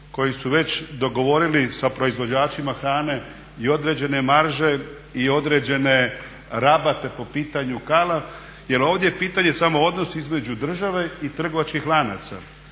koji su već dogovorili sa proizvođačima hrane i određene marže i određene rabate po pitanju …/Govornik se ne razumije./… jer ovdje je pitanje samo odnos između države i trgovačkih lanaca.